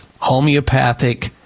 homeopathic